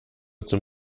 zum